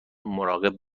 مراقب